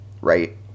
right